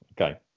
Okay